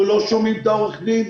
אנחנו לא שומעים את עורך הדין.